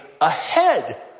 ahead